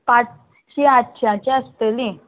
पांचशी आठश्यांची आसतलीं